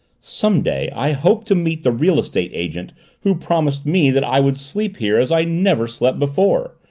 some day i hope to meet the real estate agent who promised me that i would sleep here as i never slept before!